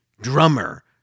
Drummer